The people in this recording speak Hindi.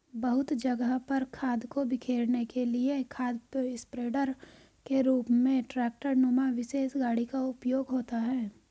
बहुत जगह पर खाद को बिखेरने के लिए खाद स्प्रेडर के रूप में ट्रेक्टर नुमा विशेष गाड़ी का उपयोग होता है